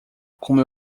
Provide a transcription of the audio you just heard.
como